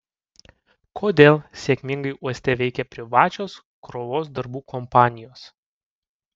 kodėl sėkmingai uoste veikia privačios krovos darbų kompanijos